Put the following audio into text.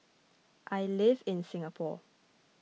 I live in Singapore